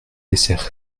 laisser